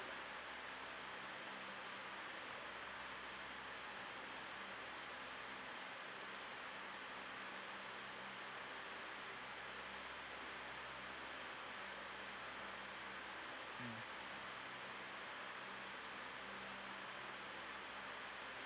mm